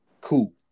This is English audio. Cool